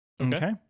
okay